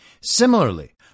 Similarly